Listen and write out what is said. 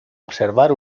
observar